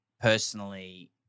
personally